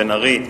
בן-ארי,